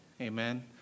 amen